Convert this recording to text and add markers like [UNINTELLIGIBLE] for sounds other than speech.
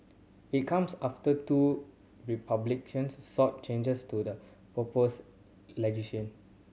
it comes after two Republicans sought changes to the proposed [UNINTELLIGIBLE]